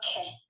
Okay